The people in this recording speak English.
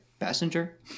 Passenger